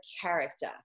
character